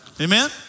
Amen